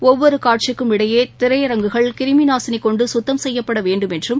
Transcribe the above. ஒவ்வொரு காட்சிக்கும் இடையே திரையரங்குகள் கிருமி நாசினி கொண்டு குத்தம் செய்யப்பட்ட வேண்டும் என்றும்